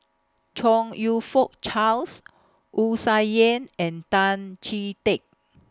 Chong YOU Fook Charles Wu Tsai Yen and Tan Chee Teck